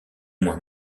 moins